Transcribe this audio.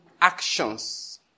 actions